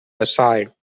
aside